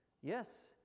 Yes